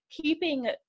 keeping